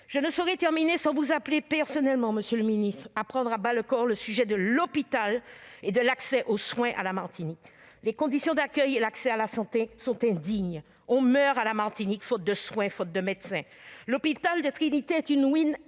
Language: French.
Je ne saurais terminer sans vous appeler personnellement à prendre à bras-le-corps le sujet de l'hôpital et de l'accès aux soins à la Martinique. Les conditions d'accueil et l'accès à la santé sont indignes : on meurt à la Martinique, faute de soins, de médecins. L'hôpital de Trinité est une ruine insalubre.